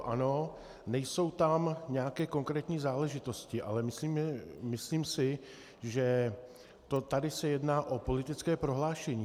Ano, nejsou tam nějaké konkrétní záležitosti, ale myslím si, že tady se jedná o politické prohlášení.